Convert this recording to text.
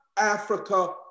Africa